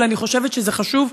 אבל אני חושבת שזה חשוב.